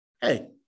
Hey